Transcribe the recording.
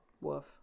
Woof